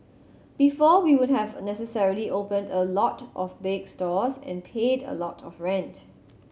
before we would have necessarily opened a lot of big stores and paid a lot of rent